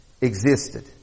existed